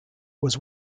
was